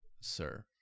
sir